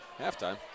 halftime